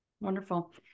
Wonderful